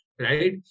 right